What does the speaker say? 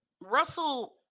Russell